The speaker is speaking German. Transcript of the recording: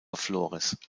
flores